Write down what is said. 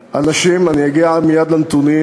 אנשים, אגיע מייד לנתונים.